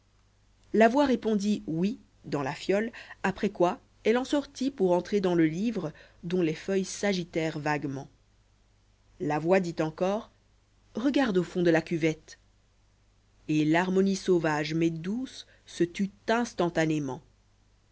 la voix répondit oui dans la fiole après quoi elle en sortit pour entrer dans le livre dont les feuilles s'agitèrent vaguement la voix dit encore regarde au fond de la cuvette et l'harmonie sauvage mais douce se tut instantanément